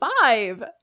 five